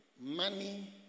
money